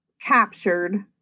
captured